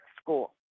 School